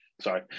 Sorry